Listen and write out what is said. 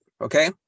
Okay